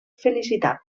felicitat